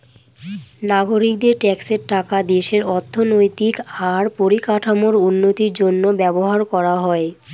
নাগরিকদের ট্যাক্সের টাকা দেশের অর্থনৈতিক আর পরিকাঠামোর উন্নতির জন্য ব্যবহার করা হয়